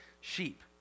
sheep